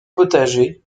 potager